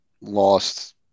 lost